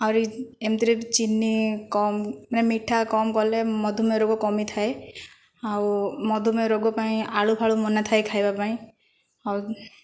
ଆହୁରି ଏମତିରେ ଚିନି କମ୍ ମାନେ ମିଠା କମ କଲେ ମଧୁମେହ ରୋଗ କମିଥାଏ ଆଉ ମଧୁମେହ ରୋଗ ପାଇଁ ଆଳୁ ଫାଳୁ ମନା ଥାଏ ଖାଇବା ପାଇଁ ଆଉ